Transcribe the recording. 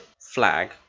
flag